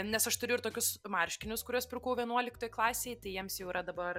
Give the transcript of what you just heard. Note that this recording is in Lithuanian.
nes aš turiu tokius marškinius kuriuos pirkau vienuoliktoj klasėj tai jiems jau yra dabar